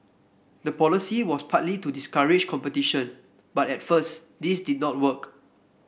the policy was partly to discourage competition but at first this did not work